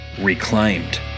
Reclaimed